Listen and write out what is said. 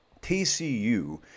TCU